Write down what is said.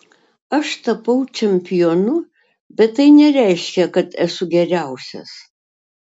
aš tapau čempionu bet tai nereiškia kad esu geriausias